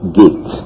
gate